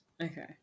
Okay